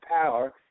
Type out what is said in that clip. power